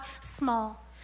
small